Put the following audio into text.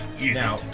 now